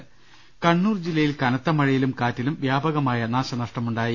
്്്് കണ്ണൂർ ജില്ലയിൽ കനത്ത മഴയിലും കാറ്റിലും വ്യാപകമായ നാശനഷ്ടമുണ്ടായി